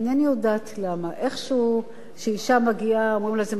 איכשהו, כשאשה מגיעה אומרים לה: זאת משכורת שנייה,